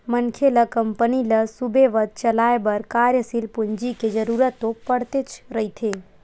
मनखे ल कंपनी ल सुबेवत चलाय बर कार्यसील पूंजी के जरुरत तो पड़तेच रहिथे